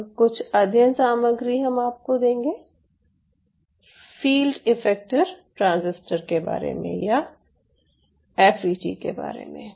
और कुछ अध्ययन सामग्री हम आपको देंगे फील्ड एफ्फेक्टर ट्रांज़िस्टर के बारे में या एफ ई टी के बारे में